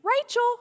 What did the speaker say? Rachel